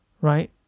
right